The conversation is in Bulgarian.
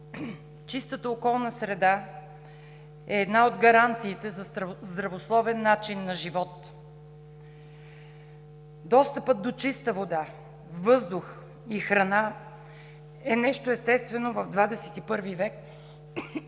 Чистата околна среда е една от гаранциите за здравословен начин на живот. Достъпът до чиста вода, въздух и храна е нещо естествено в XXI век